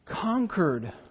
conquered